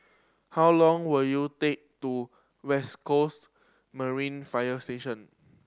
how long will you take to West Coast Marine Fire Station